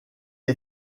est